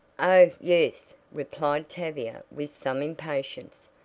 oh, yes, replied tavia with some impatience.